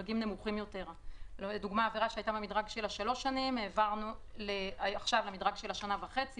עבירה שהייתה במדרג של שלוש שנים העברנו למדרג של שנה וחצי,